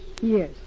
Yes